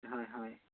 হয় হয়